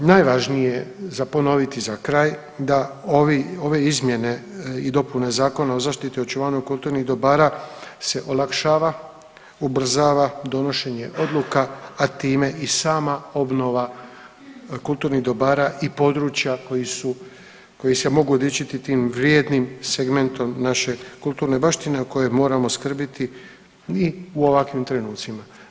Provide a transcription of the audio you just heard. Najvažnije za ponoviti za kraj da ovi, ove izmjene i dopune Zakona o zaštiti i očuvanju kulturnih dobara se olakšava, ubrzava donošenje odluka, a time i sama obnova kulturnih dobara i područja koji su, koji se mogu dičiti tim vrijednim segmentom naše kulturne baštine o kojem moramo skrbiti i u ovakvim trenucima.